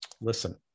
listen